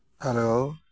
ᱟᱨᱚ